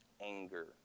anger